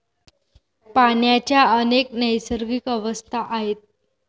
पाण्याच्या अनेक नैसर्गिक अवस्था आहेत